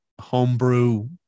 homebrew